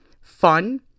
Fun